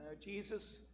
Jesus